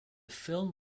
film